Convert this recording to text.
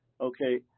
Okay